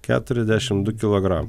keturiasdešimt du kilogramai